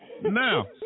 Now